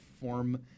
form